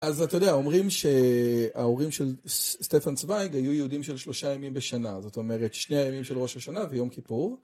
אז אתה יודע אומרים שההורים של סטפן צוויג היו יהודים של שלושה ימים בשנה זאת אומרת שני הימים של ראש השנה ויום כיפור